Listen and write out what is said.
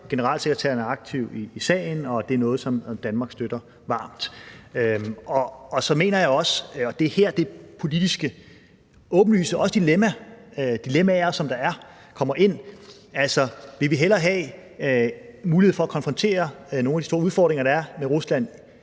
Generalsekretæren er aktiv i sagen, og det er noget, som Danmark støtter varmt. Og så mener jeg også, at det er her, de åbenlyse også politiske dilemmaer, som der er, kommer ind. Altså, vil vi hellere have mulighed for at konfrontere nogle af de store udfordringer, der er med Rusland,